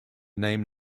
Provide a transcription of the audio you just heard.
name